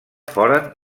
foren